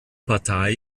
partei